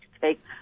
take